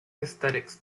aesthetics